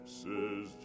says